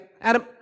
Adam